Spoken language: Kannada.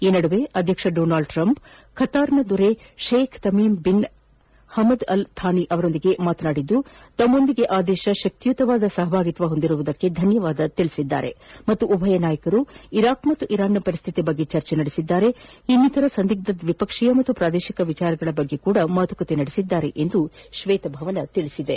ಈ ನಡುವೆ ಅಧ್ಯಕ್ಷ ಡೊನಾಲ್ಡ್ ಟ್ರಂಪ್ ಕತಾರ್ನ ದೊರೆ Sheikh Tamim bin Hamad Al Thani ಜೊತೆ ಮಾತನಾದಿದ್ದು ತಮ್ಮೊಂದಿಗೆ ಆ ದೇಶ ಶಕ್ತಿಯುತವಾದ ಸಹಭಾಗಿತ್ತು ಹೊಂದಿರುವುದಕ್ಕೆ ಧನ್ಯವಾದ ತಿಳಿಸಿದ್ದಾರೆ ಹಾಗೂ ಉಭಯ ನಾಯಕರು ಇರಾಕ್ ಮತ್ತು ಇರಾನ್ನ ಪರಿಸ್ಥಿತಿಯ ಬಗ್ಗೆ ಚರ್ಚೆ ನಡೆಸಿದ್ದಾರೆ ಇನ್ನಿತರ ಸಂದಿಗ್ದ ದ್ವಿಪಕ್ಷೀಯ ಹಾಗೂ ಪ್ರಾದೇಶಿಕ ವಿಚಾರಗಳ ಬಗ್ಗೆಯೂ ಮಾತುಕತೆ ನಡೆಸಿದ್ದಾರೆ ಎಂದು ಶ್ವೇತಭವನ ತಿಳಿಸಿದೆ